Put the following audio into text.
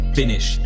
finish